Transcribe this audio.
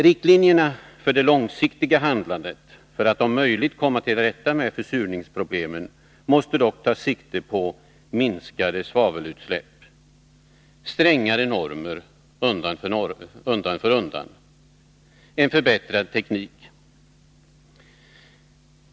Riktlinjerna för det långsiktiga handlandet för att om möjligt komma till rätta med försurningsproblemen måste dock ta sikte på minskade svavelutsläpp genom bl.a. strängare normer undan för undan och en förbättrad teknik.